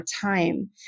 time